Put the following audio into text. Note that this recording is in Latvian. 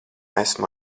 esmu